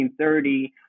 1930